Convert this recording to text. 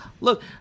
Look